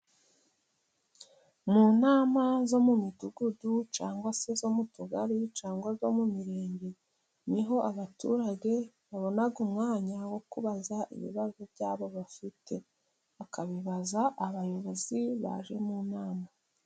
Mu nama zo mu midugudu, cyangwa se zo mu tugari, cyangwa mu mirenge, ni ho abaturage babona umwanya wo kubaza ibibazo byabo bafite. Bakabibaza abayobozi babo baje mu nama.